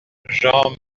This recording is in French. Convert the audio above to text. jean